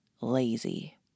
Lazy